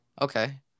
Okay